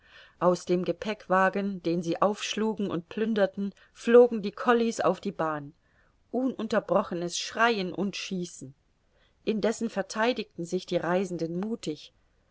aus dem gepäckwagen den sie aufschlugen und plünderten flogen die collis auf die bahn ununterbrochenes schreien und schießen indessen vertheidigten sich die reisenden muthig